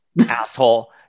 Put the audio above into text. Asshole